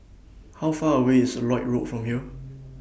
How Far away IS Lloyd Road from here